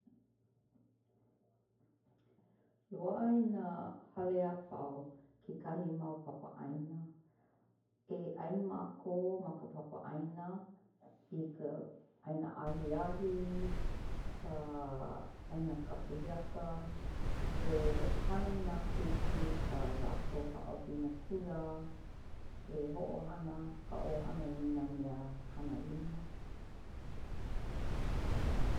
Loa'a i nā hale apau ke kahi mau papa 'aina. E 'ai mākou ma ka papa 'aina i ka 'aina ahiahi, ka 'aina kakahiaka; e hana nā keiki i kā lākou ha'awina kula, e ho'ohana ka 'ohana i nā mea hana lima.